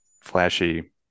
flashy